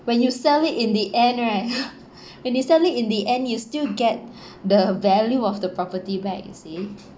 when you sell it in the end right when you sell it in the end you still get the value of the property back you see